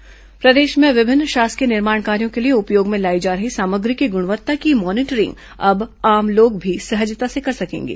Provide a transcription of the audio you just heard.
निर्माण कार्य गुणवत्ता प्रदेश में विभिन्न शासकीय निर्माण कार्यों के लिए उपयोग में लाई जा रही सामग्री की गुणवत्ता की मॉनिटरिंग अब आम लोग भी सहजता से कर सकेंगे